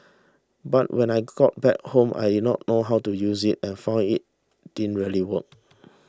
but when I got back home I didn't know how to use it and found it didn't really work